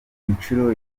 inshuro